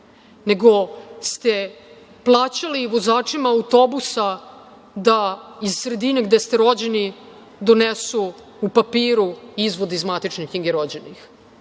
nego ste plaćali vozačima autobusa da iz sredine gde ste rođeni donesu u papiru izvod iz matične knjige rođenih.